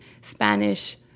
Spanish